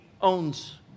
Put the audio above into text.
owns